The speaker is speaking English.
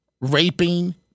raping